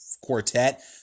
quartet